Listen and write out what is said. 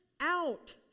out